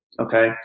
okay